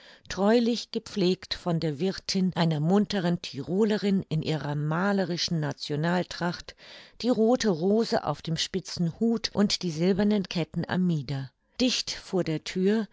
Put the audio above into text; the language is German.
treulich gepflegt von der wirthin einer munteren tyrolerin in ihrer malerischen nationaltracht die rothe rose auf dem spitzen hut und silberne ketten am mieder dicht vor der thür